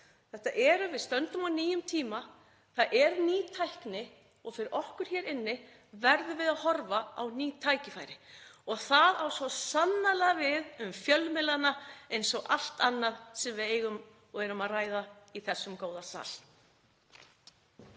Við erum stödd á nýjum tíma, það er ný tækni og við hér inni verðum að horfa á ný tækifæri og það á svo sannarlega við um fjölmiðlana eins og allt annað sem við eigum og erum að ræða í þessum góða sal.